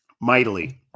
mightily